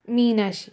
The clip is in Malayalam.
മീനാക്ഷി